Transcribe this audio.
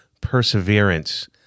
perseverance